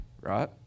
right